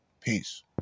peace